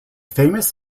famous